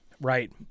right